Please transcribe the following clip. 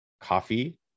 coffee